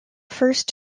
first